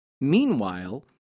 Meanwhile